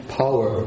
power